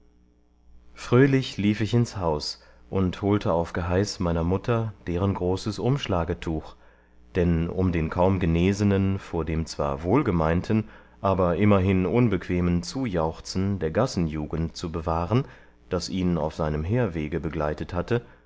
fröhlich lief ich ins haus und holte auf geheiß meiner mutter deren großes umschlagetuch denn um den kaum genesenen vor dem zwar wohlgemeinten aber immerhin unbequemen zujauchzen der gassenjugend zu bewahren das ihn auf seinem herwege begleitet hatte